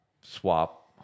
Swap